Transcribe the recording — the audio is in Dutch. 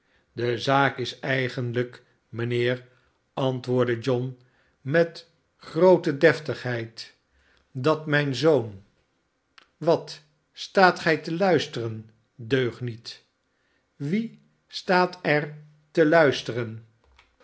niet helpen dezaakis eigenlijk barnaby rudge mijnheer antwoordde john met groote deftigheid dat mijn zoon wat staat gij te luisteren deugniet wie staat er te luisteren